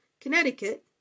Connecticut